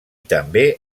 també